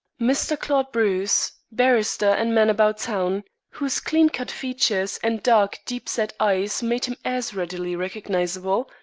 mr. claude bruce, barrister and man about town, whose clean-cut features and dark, deep-set eyes made him as readily recognizable,